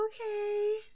Okay